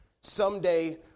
Someday